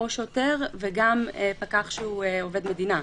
או שוטר וגם פקח שהוא עובד מדינה.